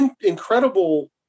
incredible